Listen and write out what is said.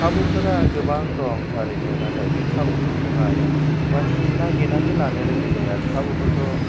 खाबुफोरा गोबां दं थारैनो नाथाय बे खाबुफोरखौहाय माने नायगिरनानै लानो रोङै जायो आरो खाबुफोरखौ